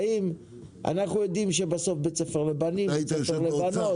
אנחנו יודעים שבסוף בית ספר לבנים ובית ספר לבנות,